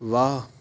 ਵਾਹ